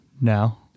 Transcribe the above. now